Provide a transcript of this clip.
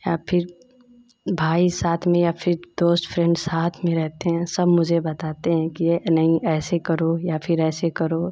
या फिर भाई साथ में या फिर दोस्त फ़्रेंड साथ में रहते हैं सब मुझे बताते हैं कि नहीं ऐसे करो या फिर ऐसे करो